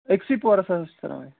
أکۍسٕے پورَس حظ چھِ ترٛاوٕنۍ